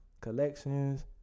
collections